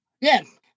Yes